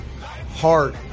heart